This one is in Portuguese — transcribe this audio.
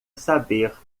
saber